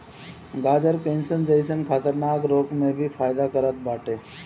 गाजर कैंसर जइसन खतरनाक रोग में भी फायदा करत बाटे